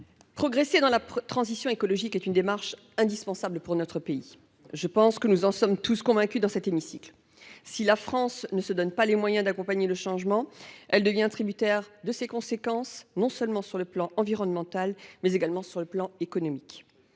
progresser dans la transition écologique est une démarche indispensable pour notre pays. Je pense que nous en sommes tous convaincus dans cet hémicycle. Si la France ne se donne pas les moyens d’accompagner le changement, elle devient tributaire de ses conséquences, sur le plan non seulement environnemental, mais également économique.